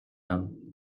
homme